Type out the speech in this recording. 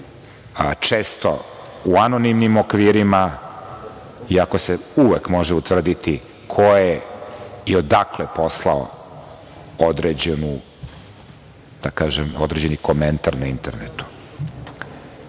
često u anonimnim okvirima, iako se uvek može utvrditi ko je i odakle poslao određeni komentar na internetu. Do